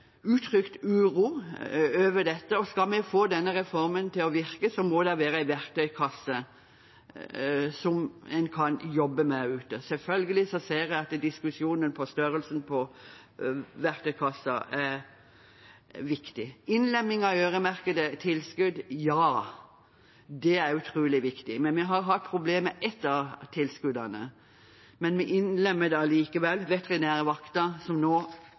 uttrykt uro over dette, og skal vi få denne reformen til å virke, må det være en verktøykasse som en kan jobbe med ute. Selvfølgelig ser jeg at diskusjonen om størrelsen på verktøykassen er viktig. Innlemming av øremerkede tilskudd er utrolig viktig. Vi har hatt problemer med ett av tilskuddene, men vi innlemmer det allikevel – veterinærvakten, som vi nå